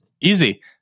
Easy